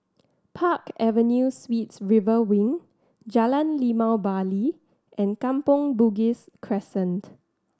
Park Avenue Suites River Wing Jalan Limau Bali and Kampong Bugis Crescent